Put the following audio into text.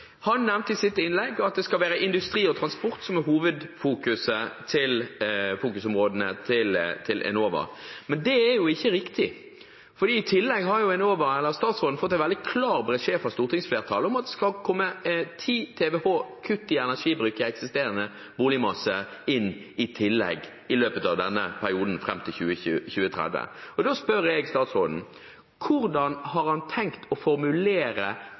Han nevnte i sitt innlegg at det skal være industri og transport som er Enovas hovedfokusområder. Men det er jo ikke riktig, for i tillegg har jo statsråden fått en veldig klar beskjed fra stortingsflertallet om at det skal komme et kutt på 10 TWh i energibruken i den eksisterende boligmassen i løpet av denne perioden, fram til 2030. Da spør jeg statsråden: Hvordan har han tenkt å formulere